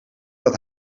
dat